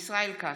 ישראל כץ,